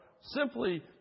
simply